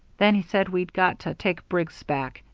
then he said we'd got to take briggs back,